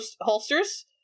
holsters